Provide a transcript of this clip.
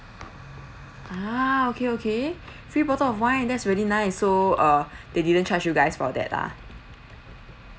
ah okay okay free bottle of wine that's really nice so uh they didn't charge you guys for that lah